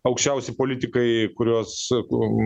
aukščiausi politikai kurios kum